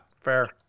fair